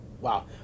wow